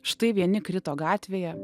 štai vieni krito gatvėje